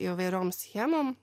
įvairiom schemom